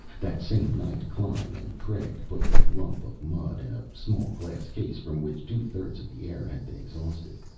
that same night, klein and craig put the lump of mud in a small glass case from which two-thirds of the air had been exhausted.